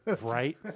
Right